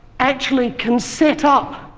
actually can set up